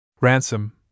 Ransom